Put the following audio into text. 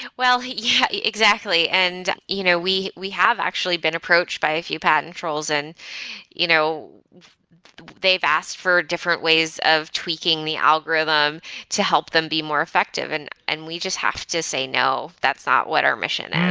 yeah exactly. and you know we we have actually been approached by few patent trolls and you know they've asked for different ways of tweaking the algorithm to help them be more effective and and we just have to say, no. that's not what our mission and